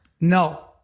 No